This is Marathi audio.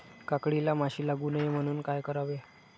काकडीला माशी लागू नये म्हणून काय करावे?